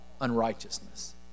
unrighteousness